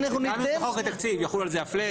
גם אם זה חוק התקציב, יחול על זה הפלאט?